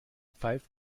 pfeift